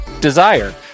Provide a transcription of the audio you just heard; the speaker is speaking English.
Desire